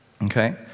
Okay